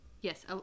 yes